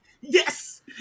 Yes